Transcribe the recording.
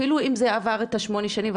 אפילו אם זה עבר את השמונה שנים,